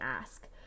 ask